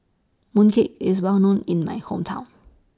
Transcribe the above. Mooncake IS Well known in My Hometown